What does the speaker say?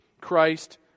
Christ